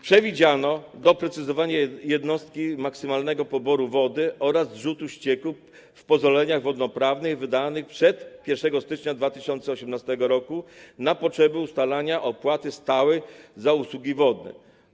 Przewidziano doprecyzowanie jednostki maksymalnego poboru wody oraz zrzutu ścieków w pozwoleniach wodnoprawnych wydanych przed 1 stycznia 2018 r. na potrzeby ustalenia opłaty stałej za usługi wodne.